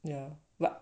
ya but